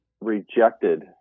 rejected